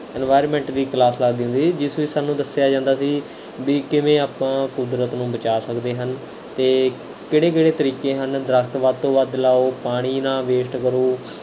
environment ਦੀ class ਲੱਗਦੀ ਹੁੰਦੀ ਸੀ ਜਿਸ ਵਿੱਚ ਸਾਨੂੰ ਦੱਸਿਆ ਜਾਂਦਾ ਸੀ ਵੀ ਕਿਵੇਂ ਆਪਾਂ ਕੁਦਰਤ ਨੂੰ ਬਚਾ ਸਕਦੇ ਹਨ ਅਤੇ ਕਿਹੜੇ ਕਿਹੜੇ ਤਰੀਕੇ ਹਨ ਦਰੱਖਤ ਵੱਧ ਤੋਂ ਵੱਧ ਲਾਉ ਪਾਣੀ ਨਾ ਵੇਸਟ ਕਰੋ